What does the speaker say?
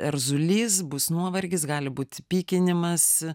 erzulys bus nuovargis gali būti pykinimas